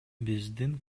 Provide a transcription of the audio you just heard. биздин